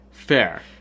Fair